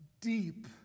deep